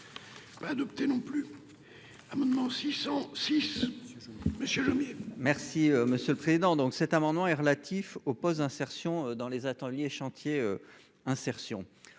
pas adopté, non plus, amendement 606 monsieur le mien. Merci monsieur le président, donc, cet amendement est relatif oppose insertion dans les ateliers chantiers insertion